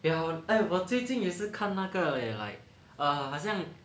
ya eh 我最近也是看那个 leh like 好像